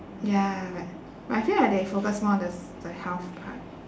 ya but I feel like they focus more on the s~ the health part